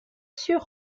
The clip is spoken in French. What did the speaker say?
sur